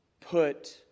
put